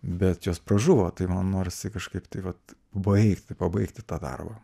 bet jos pražuvo tai man norisi kažkaip tai vat baigt pabaigti tą darbą